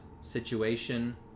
situation